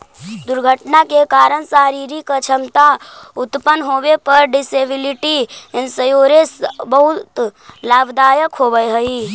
दुर्घटना के कारण शारीरिक अक्षमता उत्पन्न होवे पर डिसेबिलिटी इंश्योरेंस बहुत लाभदायक होवऽ हई